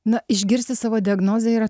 na išgirsti savo diagnozę yra